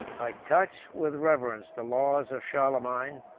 i touch with reverence the laws of charlemagne,